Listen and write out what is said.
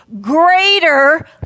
greater